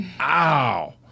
ow